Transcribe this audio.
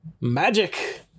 Magic